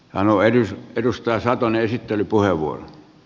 alue edustaa saatane esitteli porvoon